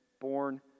born